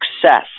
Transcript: success